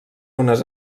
unes